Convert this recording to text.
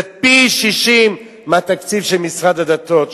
זה פי-60 מהתקציב של משרד הדתות,